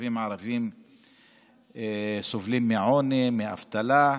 התושבים הערבים סובלים מעוני, מאבטלה,